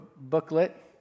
booklet